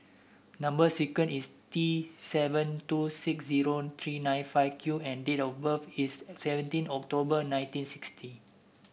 number sequence is T seven two six zero three nine five Q and date of birth is seventeen October nineteen sixty